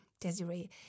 Desiree